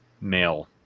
male